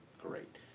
Great